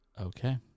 Okay